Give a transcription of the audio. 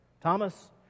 Thomas